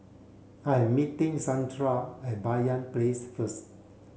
I'm meeting Zandra at Banyan Place first